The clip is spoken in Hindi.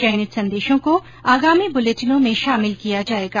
चयनित संदेशों को आगामी बुलेटिनों में शामिल किया जाएगा